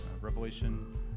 Revelation